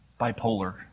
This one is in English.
bipolar